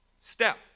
step